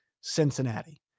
Cincinnati